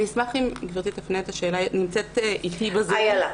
אני אשמח אם גברתי תפנה את אילה שנמצאת אתנו בזום,